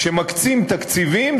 כשמקצים תקציבים,